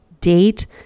date